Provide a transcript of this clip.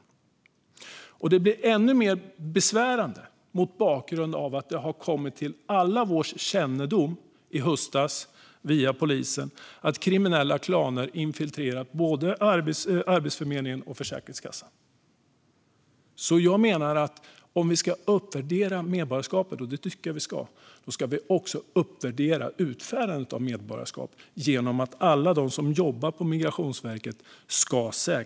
Detta blir ännu mer besvärande mot bakgrund av att det i höstas kom till vår kännedom via polisen att kriminella klaner infiltrerat både Arbetsförmedlingen och Försäkringskassan. Om vi ska uppvärdera medborgarskapet, vilket jag tycker att vi ska, ska vi också uppvärdera utfärdandet av medborgarskap genom att säkerhetspröva alla dem som jobbar på Migrationsverket.